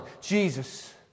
Jesus